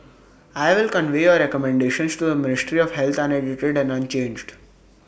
I will convey your recommendations to the ministry of health unedited and unchanged